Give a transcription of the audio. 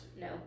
no